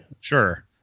sure